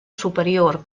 superior